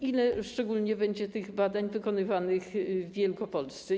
Ile szczególnie będzie tych badań wykonywanych w Wielkopolsce?